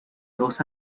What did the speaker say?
dos